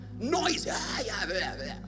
Noise